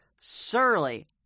surly